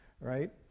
right